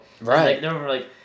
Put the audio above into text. Right